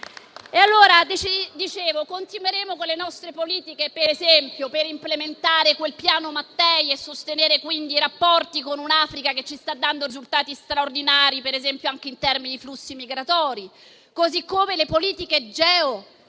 sono i dati. Continueremo con le nostre politiche, per esempio, per implementare il piano Mattei e sostenere i rapporti con un'Africa che ci sta dando risultati straordinari, anche in termini di flussi migratori, così come sulle geopolitiche,